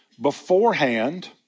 beforehand